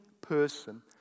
person